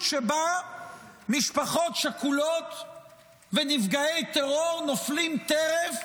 שבה משפחות שכולות ונפגעי טרור נופלים טרף